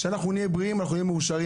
כשאנחנו נהיה בריאים אנחנו נהיה מאושרים.